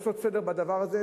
לעשות סדר בדבר הזה,